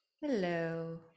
hello